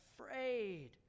afraid